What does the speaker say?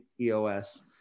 EOS